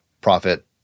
profit